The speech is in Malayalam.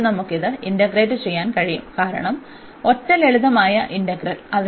ഇപ്പോൾ നമുക്ക് ഇത് ഇന്റഗ്രേറ്റ് ചെയ്യാൻ കഴിയും കാരണം ഒറ്റ ലളിതമായ ഇന്റഗ്രൽ